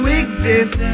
exist